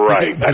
Right